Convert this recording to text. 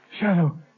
Shadow